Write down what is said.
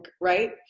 right